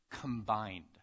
combined